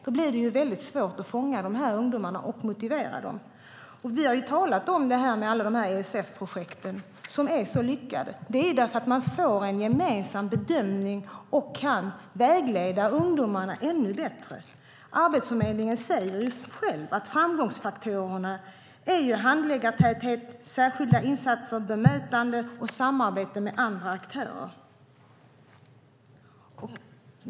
Då blir det svårt att fånga dessa ungdomar och motivera dem. Vi har talat om alla de ESF-projekt som är så lyckade. Man får där en gemensam bedömning och kan vägleda ungdomarna ännu bättre. Arbetsförmedlingen säger själv att framgångsfaktorerna är handläggartäthet, särskilda insatser, bemötande och samarbete med andra aktörer.